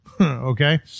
okay